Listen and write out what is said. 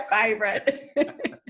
favorite